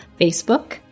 Facebook